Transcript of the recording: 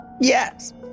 Yes